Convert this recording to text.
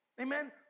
Amen